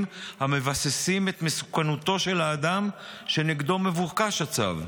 המבססים את מסוכנותו של האדם שנגדו מבוקש הצו.